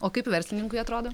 o kaip verslininkui atrodo